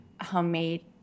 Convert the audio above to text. homemade